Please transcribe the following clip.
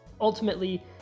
ultimately